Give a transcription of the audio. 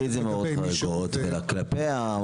אנחנו